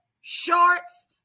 shorts